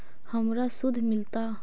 हमरा शुद्ध मिलता?